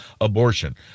abortion